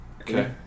Okay